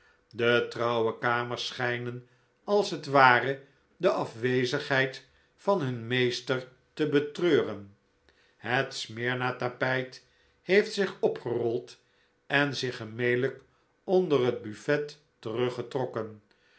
de trouwe kamers schijnen als het ware de afwezigheid van hun meester te betreuren het smyrna tapijt heeft zich opgerold en zich gemelijk onder het buffet teruggetrokken